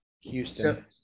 Houston